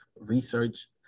research